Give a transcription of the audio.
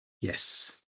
Yes